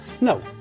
No